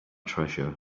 treasure